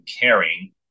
caring